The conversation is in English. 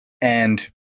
And-